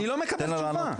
אני לא מקבל תשובה.